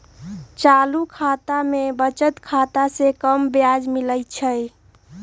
चालू खता में बचत खता से कम ब्याज मिलइ छइ